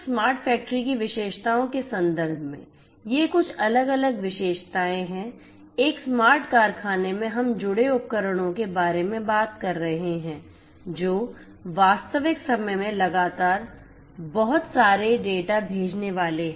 तो एक smart factory की विशेषताओं के संदर्भ में ये कुछ अलग अलग विशेषताएं हैं एक स्मार्ट कारखाने में हम जुड़े उपकरणों के बारे में बात कर रहे हैं जो वास्तविक समय में लगातार बहुत सारे डेटा भेजने वाले हैं